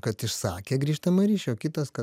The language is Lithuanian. kad išsakė grįžtamąjį ryšį o kitas kad